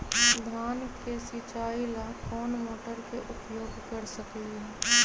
धान के सिचाई ला कोंन मोटर के उपयोग कर सकली ह?